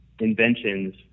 inventions